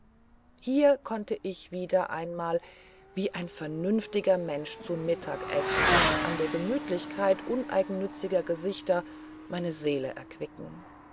hier konnte ich wieder einmal wie ein vernünftiger mensch zu mittag essen und an der gemütlichkeit uneigennütziger gesichter meine seele erquicken